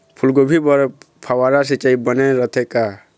फूलगोभी बर फव्वारा सिचाई बने रथे का?